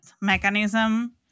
mechanism